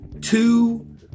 two